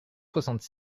soixante